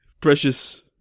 Precious